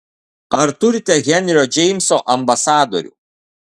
ar turite henrio džeimso ambasadorių